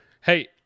hey